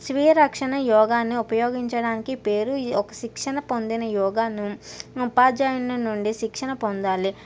స్వీయరక్షణ యోగాను ఉపయోగించడానికి పేరు ఒక శిక్షణ పొందిన యోగాను ఉపాధ్యాయుల నుండి శిక్షణ పొందాలి